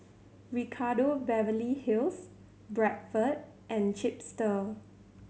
Ricardo Beverly Hills Bradford and Chipster